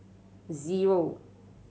zero